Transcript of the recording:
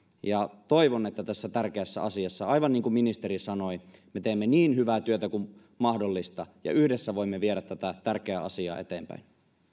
ja toivon että tässä tärkeässä asiassa aivan niin kuin ministeri sanoi me teemme niin hyvää työtä kuin mahdollista ja yhdessä voimme viedä tätä tärkeää asiaa eteenpäin